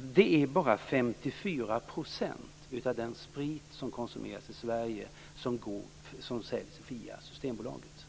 Det var bara 54 % av den sprit som konsumerades i Sverige som såldes via Systembolaget.